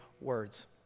words